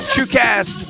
Truecast